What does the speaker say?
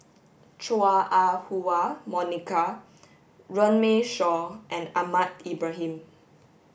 Chua Ah Huwa Monica Runme Shaw and Ahmad Ibrahim